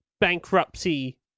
Bankruptcy